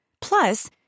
Plus